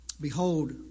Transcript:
Behold